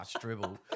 dribble